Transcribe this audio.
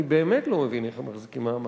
אני באמת לא מבין איך הם מחזיקים מעמד.